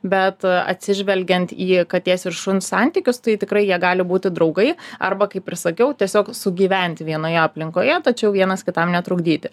bet atsižvelgiant į katės ir šuns santykius tai tikrai jie gali būti draugai arba kai ir sakiau tiesiog sugyventi vienoje aplinkoje tačiau vienas kitam netrukdyti